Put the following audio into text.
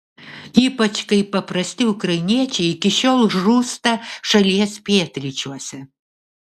ypač kai paprasti ukrainiečiai iki šiol žūsta šalies pietryčiuose